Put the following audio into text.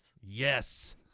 Yes